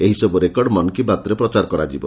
ଏହି ସବୁ ରେକର୍ଡ ମନ୍କିବାତ୍ରେ ପ୍ରଚାର କରାଯିବ